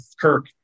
Kirk